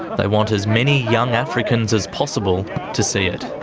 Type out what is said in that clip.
they want as many young africans as possible to see it.